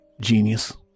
genius